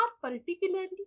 particularly